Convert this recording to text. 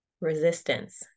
resistance